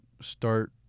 start